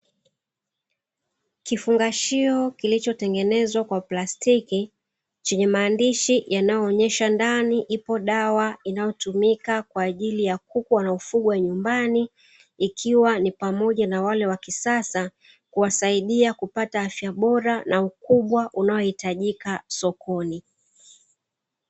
Kifungashio kilichotengenezwa kwa plastiki chenye maandishi, yanayoonyesha ndani ipo dawa kwa ajili ya kuku wanaofugwa nyumbani ikiwa ni pamoja na wale wa kisasa kuwasaidia kupata afya bora na ukubwa unaohitajika sokoni.